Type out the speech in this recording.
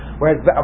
Whereas